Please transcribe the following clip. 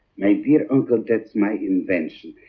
my dear uncle, that's my invention.